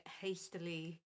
hastily